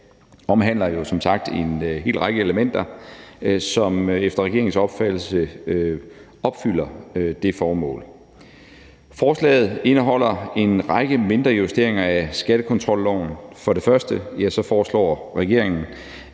omhandler jo som sagt en hel række elementer, som efter regeringens opfattelse opfylder det formål. Forslaget indeholder en række mindre justeringer af skattekontrolloven. For det første foreslår regeringen,